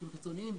חוקים חיצונים,